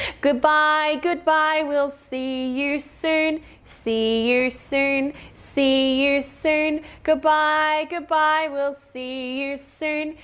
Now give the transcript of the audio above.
goodbye, goodbye we'll see you soon. see you soon. see you soon. goodbye, goodbye we'll see you soon.